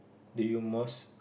do you most